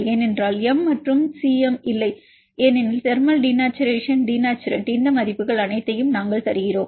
ஏனென்றால் எம் மற்றும் C M இல்லை ஏனெனில் தெர்மல் டினேச்சரேஷன் டினேச்சுரன்ட் இந்த மதிப்புகள் அனைத்தையும் நாங்கள் தருகிறோம்